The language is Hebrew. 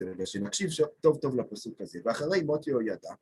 ושנקשיב טוב-טוב לפסוק הזה, ואחרי מות יהוידע.